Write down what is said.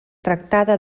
tractada